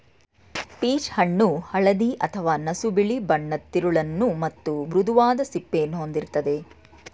peach ಹಣ್ಣು ಹಳದಿ ಅಥವಾ ನಸುಬಿಳಿ ಬಣ್ಣದ್ ತಿರುಳನ್ನು ಮತ್ತು ಮೃದುವಾದ ಸಿಪ್ಪೆಯನ್ನು ಹೊಂದಿರ್ತದೆ